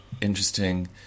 interesting